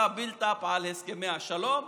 עשה build-up על הסכמי השלום,